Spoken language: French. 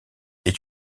est